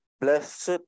Blessed